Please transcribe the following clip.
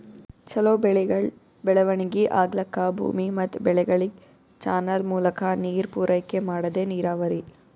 ಛಲೋ ಬೆಳೆಗಳ್ ಬೆಳವಣಿಗಿ ಆಗ್ಲಕ್ಕ ಭೂಮಿ ಮತ್ ಬೆಳೆಗಳಿಗ್ ಚಾನಲ್ ಮೂಲಕಾ ನೀರ್ ಪೂರೈಕೆ ಮಾಡದೇ ನೀರಾವರಿ